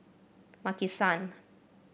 Maki San